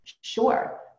sure